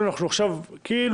חברי הכנסת,